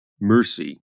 mercy